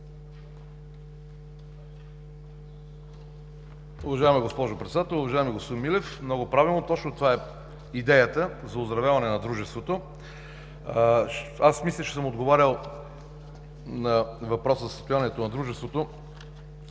Уважаема госпожо Председател! Уважаеми господин Милев, много правилно, точно това е идеята за оздравяване на дружеството. Мисля, че съм отговарял на въпрос за състоянието на дружеството.